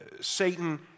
Satan